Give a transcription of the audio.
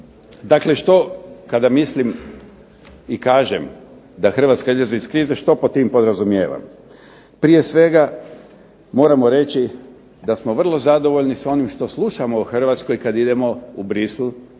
Dakle, što kada mislim i kažem da Hrvatske izlazi iz krize što pod tim podrazumijevam? Prije svega moramo reći da smo vrlo zadovoljni s onim što slušamo o HRvatskoj kada idemo u Bruxelles